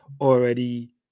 already